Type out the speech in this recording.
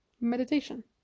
Meditation